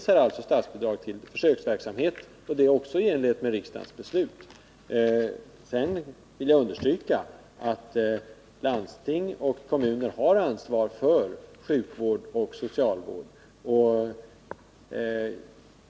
Vad beträffar statsbidrag lämnas det sådana till försöksverksamheten, och det är också i enlighet med riksdagens beslut. Sedan vill jag understryka att landsting och kommuner har ansvar för sjukvård och socialvård.